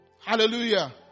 Hallelujah